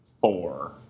four